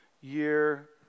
year